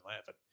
laughing